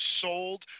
sold